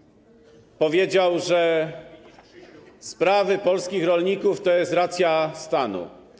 - powiedział, że sprawy polskich rolników to jest racja stanu.